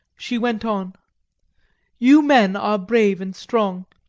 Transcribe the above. she went on you men are brave and strong.